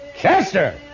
Chester